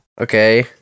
okay